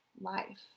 life